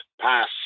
pass